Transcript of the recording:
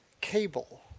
Cable